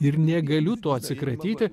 ir negaliu to atsikratyti